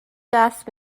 دست